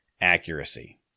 accuracy